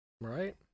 Right